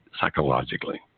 psychologically